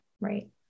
Right